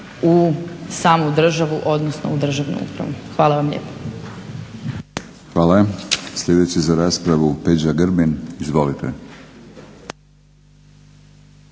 u samu državu, odnosno u državnu upravu. Hvala vam lijepo. **Batinić, Milorad (HNS)** Hvala. Sljedeći za raspravu Peđa Grbin, izvolite.